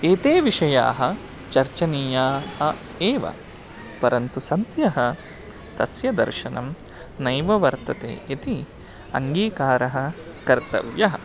एते विषयाः चर्चनीयाः एव परन्तु सद्यः तस्य दर्शनं नैव वर्तते इति अङ्गीकारः कर्तव्यः